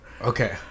Okay